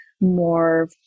more